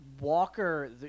Walker